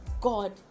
God